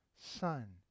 Son